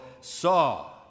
saw